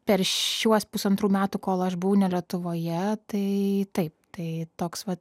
per šiuos pusantrų metų kol aš buvau ne lietuvoje tai taip tai toks va